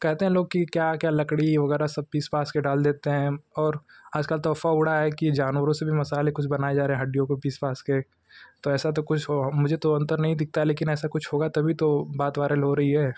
कहते हैं लोग कि क्या क्या लकड़ी वगैरह सब पीस पास कर डाल देते हैं और आजकल तो अफवा उड़ा है कि जानवरों से भी मसाले कुछ बनाए जा रहे हड्डियों को पीस पास कर तो ऐसा तो कुछ हो अब मुझे तो अंतर नहीं दिखता है लेकिन ऐसा कुछ होगा तभी तो बात वाइरल हो रही है